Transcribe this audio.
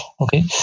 Okay